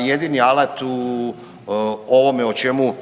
jedini alat u ovome o čemu govorimo,